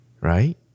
right